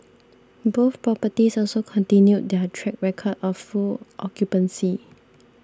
both properties also continued their track record of full occupancy